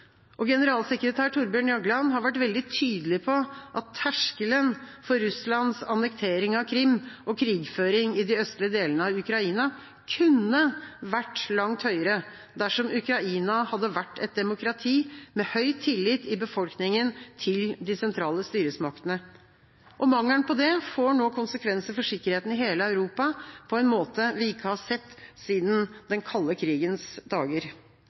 Generalsekretær Thorbjørn Jagland har vært veldig tydelig på at terskelen for Russlands annektering av Krim og krigføring i de østlige delene av Ukraina kunne vært langt høyere dersom Ukraina hadde vært et demokrati med høy tillit i befolkningen til de sentrale styresmaktene. Mangelen på det får nå konsekvenser for sikkerheten i hele Europa på en måte vi ikke har sett siden den kalde krigens dager.